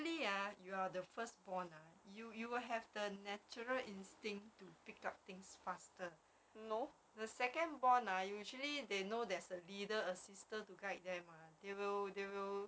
usually ah you are the first born ah you you will have the natural instinct to pick up things faster the second born ah usually they know there's a leader a sister to guide them ah they will they will